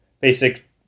basic